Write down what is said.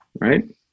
right